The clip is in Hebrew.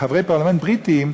חברי פרלמנט בריטים,